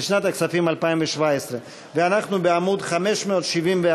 לשנת הכספים 2017. אנחנו בעמוד 571,